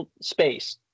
space